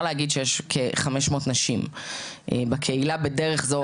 להגיד שיש כ-500 נשים בקהילה בדרך זו או אחרת.